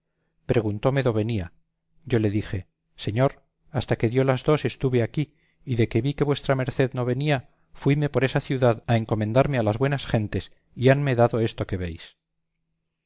preguntóme dó venía yo le dije señor hasta que dio las dos estuve aquí y de que vi que v m no venía fuime por esa ciudad a encomendarme a las buenas gentes y hanme dado esto que veis